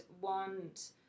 want